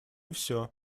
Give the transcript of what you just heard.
все